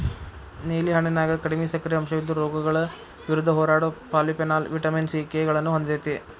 ನೇಲಿ ಹಣ್ಣಿನ್ಯಾಗ ಕಡಿಮಿ ಸಕ್ಕರಿ ಅಂಶವಿದ್ದು, ರೋಗಗಳ ವಿರುದ್ಧ ಹೋರಾಡೋ ಪಾಲಿಫೆನಾಲ್, ವಿಟಮಿನ್ ಸಿ, ಕೆ ಗಳನ್ನ ಹೊಂದೇತಿ